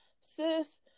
sis